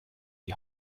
die